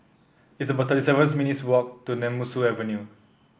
it's about seven minutes' walk to Nemesu Avenue